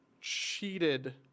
cheated